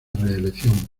reelección